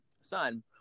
son